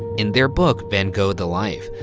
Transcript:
in their book, van gogh, the life,